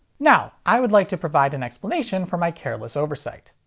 now, i would like to provide an explanation for my careless oversight.